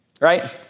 right